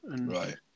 Right